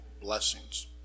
blessings